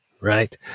right